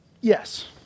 Yes